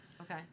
Okay